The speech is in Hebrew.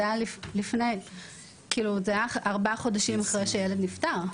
כל זה היה ארבעה חודשים אחרי שהילד נפטר.